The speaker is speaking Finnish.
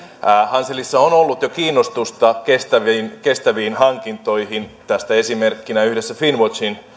hanselissa on ollut jo kiinnostusta kestäviin kestäviin hankintoihin tästä esimerkkinä yhdessä finnwatchin